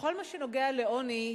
בכל מה שנוגע לעוני,